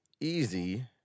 easy